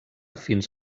fins